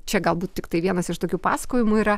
čia galbūt tiktai vienas iš tokių pasakojimų yra